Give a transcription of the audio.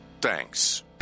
thanks